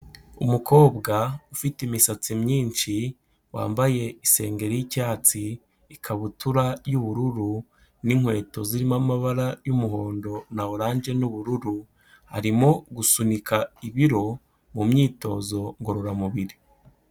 Umukobwa ufite imisatsi myinshi, wambaye isengeri y'icyatsi, ikabutura y'ubururu n'inkweto zirimo amabara y'umuhondo na oranje n'ubururu, arimo gusunika ibiro mu myitozo ngororamubiri.